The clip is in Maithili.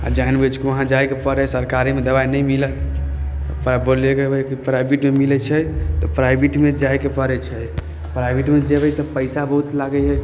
आ जानि बुझिके वहाँ जायके पड़ै सरकारीमे दबाइ नहि मिलत प्राइभेटमे मिलै छै तऽ प्राइभेटमे जायके पड़ै छै प्राइभेटमे जेबै तऽ पैसा बहुत लागै हइ